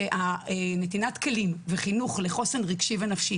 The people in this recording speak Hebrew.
שנתינת כלים וחינוך לחוסן רגשי ונפשי